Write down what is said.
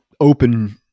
open